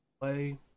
Play